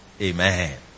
Amen